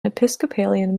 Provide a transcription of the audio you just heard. episcopalian